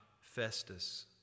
Festus